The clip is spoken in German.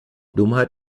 dummheit